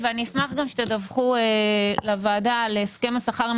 ואשמח שתדווחו לוועדה על הסכם השכר עם